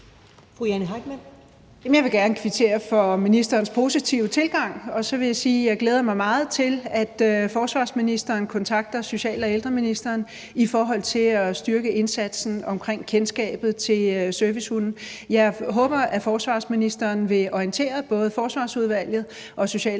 Jeg vil gerne kvittere for ministerens positive tilgang, og så vil jeg sige, at jeg glæder mig meget til, at forsvarsministeren kontakter social- og ældreministeren i forhold til at styrke indsatsen omkring kendskabet til servicehunde. Jeg håber, at forsvarsministeren vil orientere både Forsvarsudvalget, social- og ældreministeren